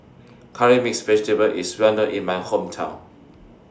Curry Mixed Vegetable IS Well known in My Hometown